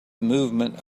movement